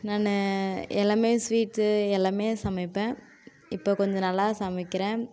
நான் எல்லாம் ஸ்வீட்ஸ் எல்லாம் சமைப்பேன் இப்போ கொஞ்சம் நல்லா சமைக்கிறேன்